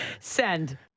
Send